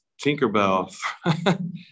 Tinkerbell